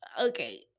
Okay